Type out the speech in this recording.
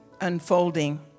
unfolding